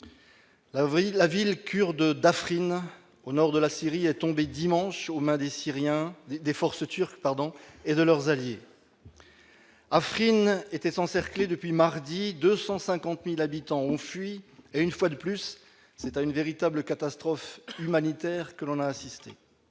La ville kurde d'Afrin, au nord de la Syrie, est tombée dimanche aux mains des forces turques et de leurs alliés. Afrin était encerclée depuis mardi, 250 habitants ont fui et, une fois de plus, c'est à une véritable catastrophe humanitaire que nous avons assisté.